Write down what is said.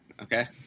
Okay